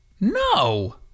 No